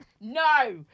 no